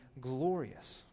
glorious